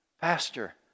Pastor